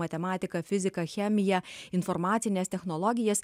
matematiką fiziką chemiją informacines technologijas